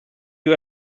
you